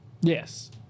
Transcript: yes